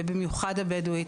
במיוחד הבדואית,